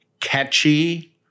catchy